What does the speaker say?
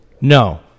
no